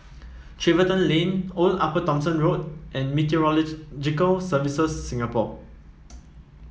Tiverton Lane Old Upper Thomson Road and Services Singapore